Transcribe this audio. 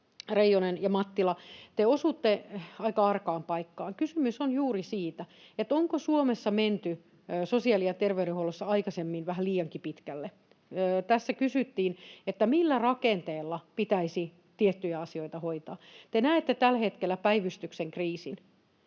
Reijonen ja Mattila, te osutte aika arkaan paikkaan. Kysymys on juuri siitä, onko Suomessa menty sosiaali- ja terveydenhuollossa aikaisemmin vähän liiankin pitkälle. Tässä kysyttiin, millä rakenteella pitäisi tiettyjä asioita hoitaa. Te näette tällä hetkellä päivystyksen kriisin.